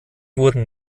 wurden